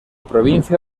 provincia